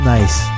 Nice